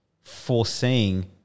foreseeing